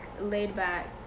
laid-back